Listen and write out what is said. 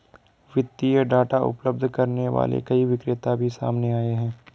वित्तीय डाटा उपलब्ध करने वाले कई विक्रेता भी सामने आए हैं